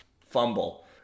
fumble